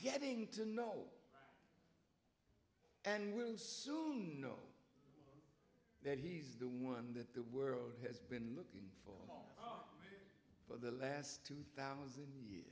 getting to know and will soon know that he's the one that the world has been looking for the last two thousand